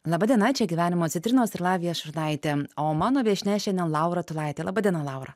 laba diena čia gyvenimo citrinos ir lavija šurnaitė o mano viešnia šiandien laura tulaitė laba diena laura